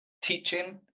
teaching